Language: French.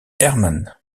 herman